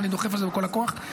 אני דוחף את זה בכל הכוח.